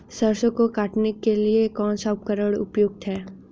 सरसों को काटने के लिये कौन सा उपकरण उपयुक्त है?